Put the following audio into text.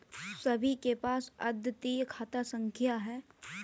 सभी के पास अद्वितीय खाता संख्या हैं